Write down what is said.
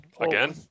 again